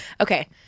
Okay